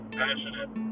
passionate